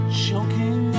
choking